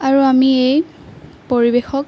আৰু আমি এই পৰিৱেশক